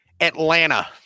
Atlanta